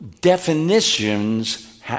definitions